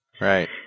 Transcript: right